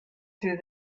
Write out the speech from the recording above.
through